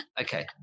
Okay